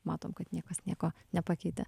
matom kad niekas nieko nepakeitė